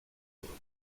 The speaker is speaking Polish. chorób